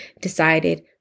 decided